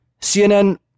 CNN